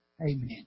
Amen